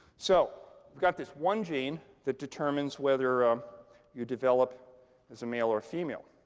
so we've got this one gene that determines whether you develop as a male or a female.